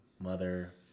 mother